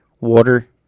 Water